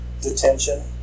detention